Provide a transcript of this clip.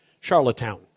Charlottetown